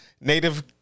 native